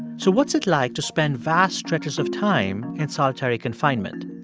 so what's it like to spend vast stretches of time in solitary confinement,